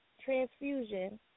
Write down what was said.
transfusion